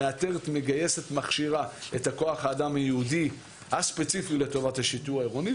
מגייסת ומכשירה את כוח האדם הייעודי הספציפי לטובת השיטור העירוני,